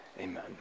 Amen